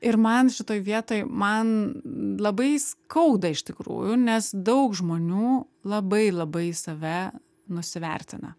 ir man šitoj vietoj man labai skauda iš tikrųjų nes daug žmonių labai labai save nusivertina